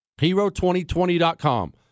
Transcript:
Hero2020.com